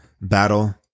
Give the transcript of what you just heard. battle